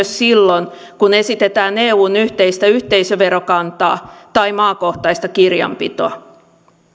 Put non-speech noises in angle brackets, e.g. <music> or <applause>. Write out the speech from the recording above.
<unintelligible> silloin kun esitetään eun yhteistä yhteisöverokantaa tai maakohtaista kirjanpitoa